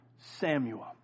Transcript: samuel